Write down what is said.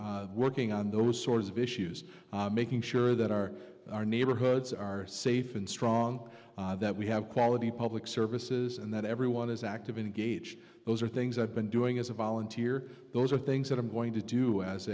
continue working on those sorts of issues making sure that our our neighborhoods are safe and strong that we have quality public services and that everyone is active engaged those are things i've been doing as a volunteer those are things that i'm going to do as